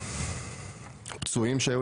צריכים לומר